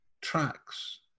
tracks